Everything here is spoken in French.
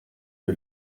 que